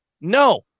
No